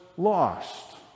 lost